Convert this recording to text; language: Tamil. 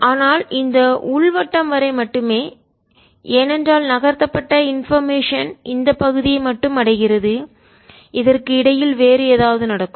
ஆனால் இந்த உள் வட்டம் வரை மட்டுமே ஏனென்றால் நகர்த்தப்பட்ட இன்போர்மேஷன் தகவல் இந்த பகுதியை மட்டும் அடைகிறது இதற்கு இடையில் வேறு ஏதாவது நடக்கும்